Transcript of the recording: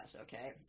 okay